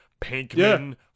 Pinkman